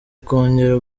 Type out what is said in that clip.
kongera